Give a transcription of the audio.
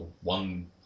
one